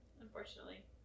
unfortunately